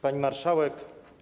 Pani Marszałek!